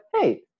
hey